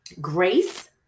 grace